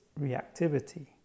reactivity